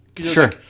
sure